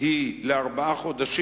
היא לארבעה חודשים,